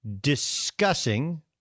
discussing